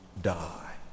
die